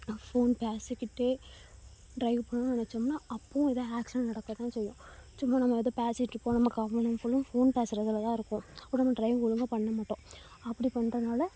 phone பேசிக்கிட்டே drive பண்ணணும்ன்னு நினைச்சோம்னா அப்போவும் எதா ஆக்ஸிடெண்ட் நடக்க தான் செய்யும் சும்மா நம்ம எதா பேசிகிட்டு இருப்போம் நம்ம கவனம் ஃபுல்லும் ஃபோன் பேசுறதில் தான் இருப்போம் அப்போ நம்ம ட்ரைவ் ஒழுங்கா பண்ண மாட்டோம் அப்படி பண்ணுறதுனால